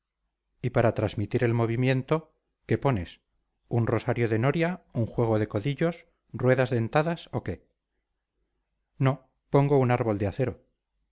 y para transmitir el movimiento qué pones un rosario de noria un juego de codillos ruedas dentadas o qué no pongo un árbol de acero